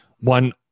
one